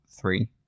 three